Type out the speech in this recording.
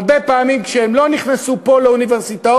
הרבה פעמים כשהם לא נכנסו פה לאוניברסיטאות,